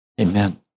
Amen